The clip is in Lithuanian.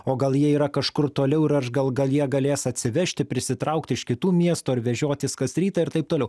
o gal jie yra kažkur toliau ir aš gal jie galės atsivežti prisitraukti iš kitų miestų ar vežiotis kas rytą ir taip toliau